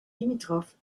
limitrophe